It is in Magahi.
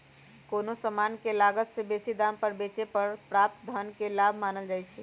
कोनो समान के लागत से बेशी दाम पर बेचे पर प्राप्त धन के लाभ मानल जाइ छइ